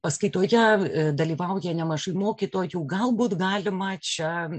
paskaitoje dalyvauja nemažai mokytojų galbūt galima čia